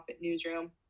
newsroom